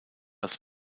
als